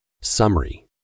Summary